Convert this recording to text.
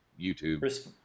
YouTube